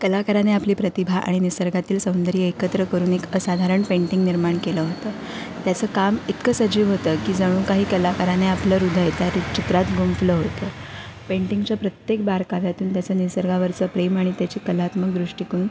कलाकाराने आपली प्रतिभा आणि निसर्गातील सौंदर्य एकत्र करून एक असाधारण पेंटिंग निर्माण केलं होतं त्याचं काम इतकं सजीव होतं की जणू काही कलाकाराने आपलं हृदय त्या चित्रात गुंफलं होतं पेंटिंगच्या प्रत्येक बारकाव्यातून त्याचं निसर्गावरचं प्रेम आणि त्याची कलात्मक दृष्टिकोन